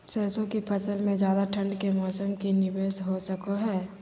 सरसों की फसल में ज्यादा ठंड के मौसम से की निवेस हो सको हय?